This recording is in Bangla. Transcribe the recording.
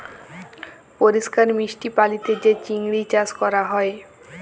পরিষ্কার মিষ্টি পালিতে যে চিংড়ি চাস ক্যরা হ্যয়